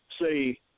say